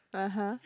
(uh huh)